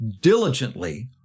diligently